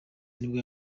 nibwo